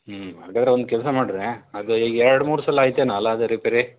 ಹ್ಞೂ ಹಾಗಾದರೆ ಒಂದು ಕೆಲಸ ಮಾಡಿರಿ ಅದು ಈಗ ಎರಡು ಮೂರು ಸಲ ಆಯಿತೇನೋ ಅಲ್ಲಾ ಅದು ರಿಪೇರಿ